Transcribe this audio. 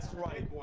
right.